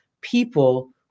people